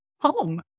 home